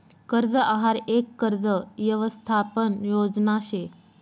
कर्ज आहार यक कर्ज यवसथापन योजना शे